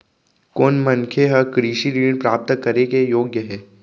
कोन मनखे ह कृषि ऋण प्राप्त करे के योग्य हे?